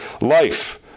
life